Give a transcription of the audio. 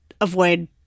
avoid